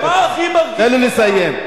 תן לו לסיים.